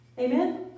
Amen